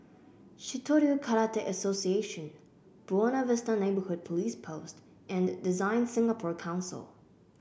Shitoryu Karate Association Buona Vista Neighbourhood Police Post and DesignSingapore Council